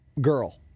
girl